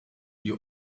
you